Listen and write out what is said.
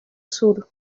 sur